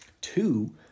Two